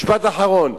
משפט אחרון.